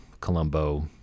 colombo